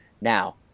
Now